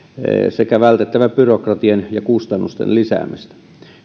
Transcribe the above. sekä vältettävä byrokratian ja kustannusten lisäämistä